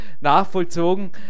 nachvollzogen